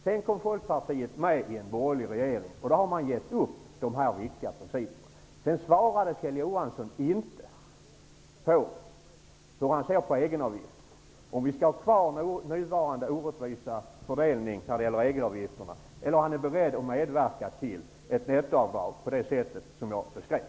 Sedan kom Folkpartiet med i en borgerlig regering, och då gav man upp de här viktiga principerna. Kjell Johansson svarade inte på frågan om hur han ser på egenavgifterna? Skall vi ha kvar nuvarande orättvisa fördelning av egenavgifterna eller är Kjell Johansson beredd att medverka till ett nettoavdrag på det sätt som jag beskrev?